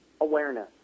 awareness